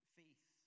faith